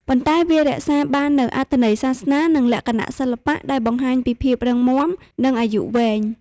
ប៉ុន្តែ វារក្សាបាននូវអត្ថន័យសាសនា និងលក្ខណៈសិល្បៈដែលបង្ហាញពីភាពរឹងមាំ និងអាយុវែង។